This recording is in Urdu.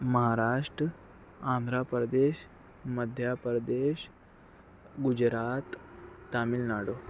مہاراشٹر آندھر پردیش مدھیہ پردیش گجرات تمل ناڈو